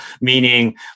Meaning